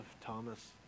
Thomas